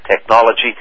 technology